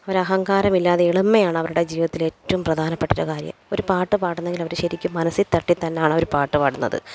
അവരെ അഹങ്കാരമില്ലാതെ എളിമയാണ് അവരുടെ ജീവിതത്തിലെ ഏറ്റവും പ്രധാനപ്പെട്ട ഒരു കാര്യം ഒരു പാട്ട് പാടുന്നതിൽ അവർ ശരിക്കും മനസ്സിൽ തട്ടി തന്നെയാണ് അവർ പാട്ട് പാടുന്നത്